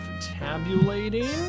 tabulating